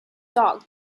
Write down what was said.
dog